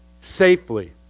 safely